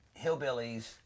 hillbillies